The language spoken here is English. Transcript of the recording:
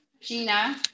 Gina